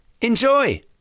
Enjoy